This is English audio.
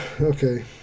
okay